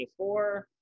24